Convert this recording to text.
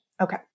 Okay